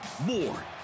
More